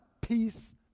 peace